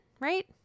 right